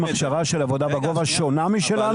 הכשרה של עבודה בגובה שונה משלנו?